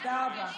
תודה רבה.